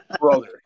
brother